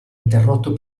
interrotto